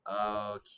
okay